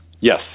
Yes